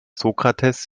sokrates